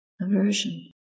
aversion